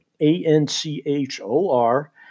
A-N-C-H-O-R